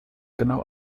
genau